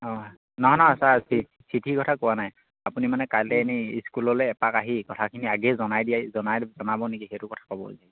অঁ নহয় নহয় ছাৰ চিঠিৰ কথা কোৱা নাই আপুনি মানে কাইলে এনেই স্কুললে এপাক আহি কথাখিনি আগে জনাই দিয় জনাই জনাব নেকি সেইটো কথা